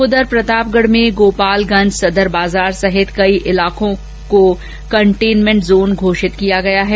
उधर प्रतापगढ़ में गोपालगंज सदर बाजार सहित कई इलाकों के कंटेनमेंट जोन घोषित किया गया है